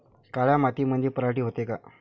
काळ्या मातीमंदी पराटी होते का?